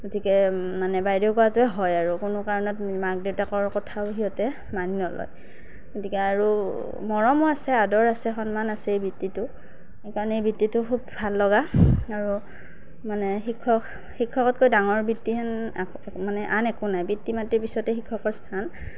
গতিকে মানে বাইদেউ কোৱাটোৱে হয় আৰু কোনো কাৰণত মাক দেউতাকৰ কথাও সিহঁতে মানি নলয় গতিকে আৰু মৰমো আছে আদৰ আছে সন্মান আছে এই বৃত্তিটো সেইকাৰণে এই বৃত্তিটো খুব ভাল লগা আৰু মানে শিক্ষক শিক্ষকতকৈ ডাঙৰ বৃত্তিহেন মানে আন একো নাই পিতৃ মাতৃৰ পাছতেই শিক্ষকৰ স্থান